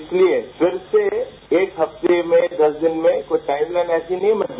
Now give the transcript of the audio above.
इसलिए फिर से एक हफ़ते में दस दिन में कोई टाइम लाइन ऐसे नहीं बनी है